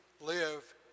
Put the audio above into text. live